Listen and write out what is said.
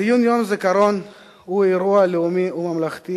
ציון יום הזיכרון הוא אירוע לאומי וממלכתי,